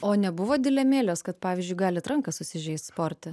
o nebuvo dilemėlės kad pavyzdžiui galit ranką susižeist sporte